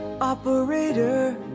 Operator